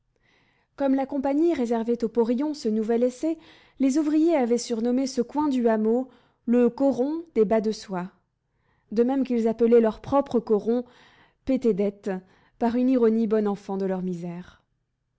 comme la compagnie réservait aux porions ce nouvel essai les ouvriers avaient surnommé ce coin du hameau le coron des bas de soie de même qu'ils appelaient leur propre coron paie tes dettes par une ironie bonne enfant de leur misère